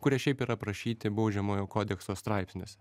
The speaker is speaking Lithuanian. kurie šiaip yra aprašyti baudžiamojo kodekso straipsniuose